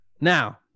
Now